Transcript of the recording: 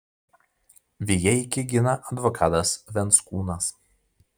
vijeikį gina advokatas venckūnas